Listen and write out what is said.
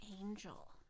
Angel